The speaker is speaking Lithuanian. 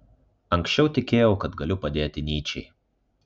anksčiau tikėjau kad galiu padėti nyčei